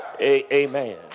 Amen